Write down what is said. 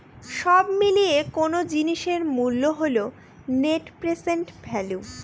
সব মিলিয়ে কোনো জিনিসের মূল্য হল নেট প্রেসেন্ট ভ্যালু